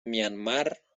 myanmar